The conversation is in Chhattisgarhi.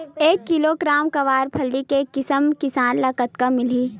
एक किलोग्राम गवारफली के किमत किसान ल कतका मिलही?